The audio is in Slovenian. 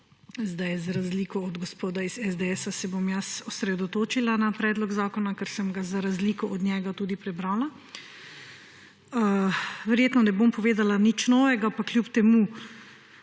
Za razliko od gospoda iz SDS-a se bom osredotočila na predlog zakona, ker sem ga za razliko od njega tudi prebrala. Verjetno ne bom povedala nič novega, pa kljub temu.